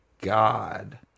god